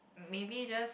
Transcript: maybe just